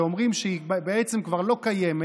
שאומרים שהיא בעצם כבר לא קיימת?